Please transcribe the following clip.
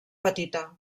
petita